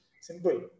Simple